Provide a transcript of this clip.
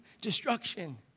destruction